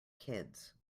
kids